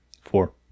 Four